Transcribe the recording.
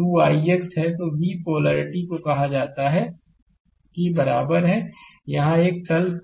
2 ix है तो v को पोलैरिटी कहा जाता है के बराबर है यहाँ एक तल है